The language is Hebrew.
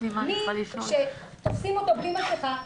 מי שתופסים אותו בלי מסכה,